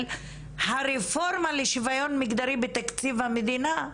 הרפורמה לשוויון מגדרי בתקציב המדינה,